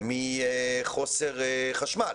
מחוסר חשמל.